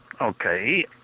okay